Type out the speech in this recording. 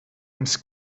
ens